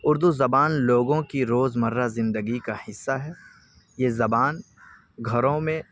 اردو زبان لوگوں کی روز مرہ زندگی کا حصہ ہے یہ زبان گھروں میں